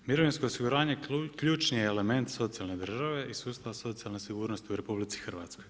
Mirovinsko osiguranje ključni je element socijalne države i sustava socijalne sigurnosti u RH.